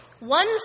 One